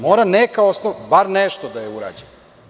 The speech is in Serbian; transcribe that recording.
Mora neka osnova, bar nešto da je urađeno.